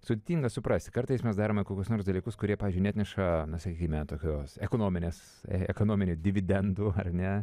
sudėtinga suprasti kartais mes darome kokius nors dalykus kurie pavyzdžiui neatneša sakykime tokios ekonominės ekonominių dividendų ar ne